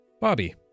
Bobby